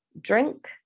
drink